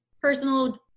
personal